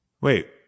Wait